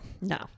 No